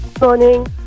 Morning